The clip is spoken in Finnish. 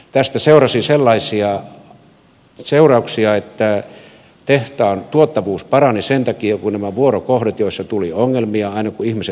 tästä oli sellaisia seurauksia että tehtaan tuottavuus parani sen takia kun muutettiin näitä vuorokohtia joissa tuli ongelmia aina kun ihmiset vaihtuivat